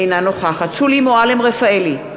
אינה נוכחת שולי מועלם-רפאלי,